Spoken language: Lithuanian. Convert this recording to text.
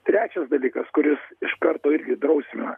trečias dalykas kuris iš karto irgi drausmina